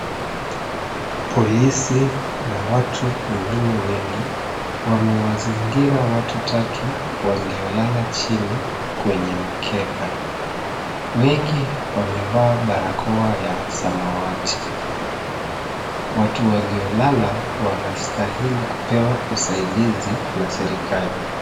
Polisi na watu wengine wengi wamewazingira watu tatu waliolala chini kwenye mkeka. Wengi wamevaa barakoa ya samawati . Watu waliolala wanastahili kupewa usaidizi na serikali.